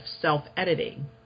self-editing